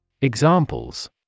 Examples